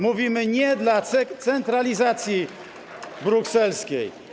Mówimy: nie dla centralizacji brukselskiej.